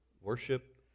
worship